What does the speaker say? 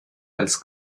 als